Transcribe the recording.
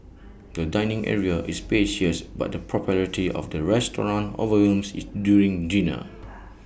the dining area is spacious but the popularity of the restaurant overwhelms IT during dinner